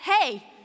hey